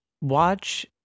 watch